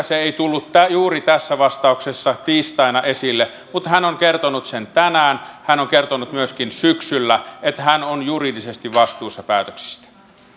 se ei tullut juuri tässä vastauksessa tiistaina esille mutta hän on kertonut sen tänään hän on kertonut myöskin syksyllä että hän on juridisesti vastuussa päätöksistä